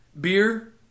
Beer